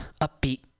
upbeat